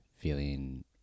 feeling